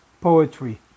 poetry